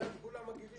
מייד כולם מגיבים,